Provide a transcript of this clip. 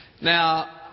Now